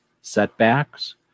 setbacks